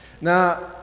Now